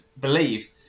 believe